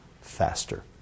faster